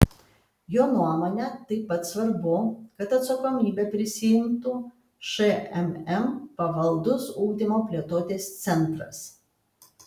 jo nuomone taip pat svarbu kad atsakomybę prisiimtų šmm pavaldus ugdymo plėtotės centras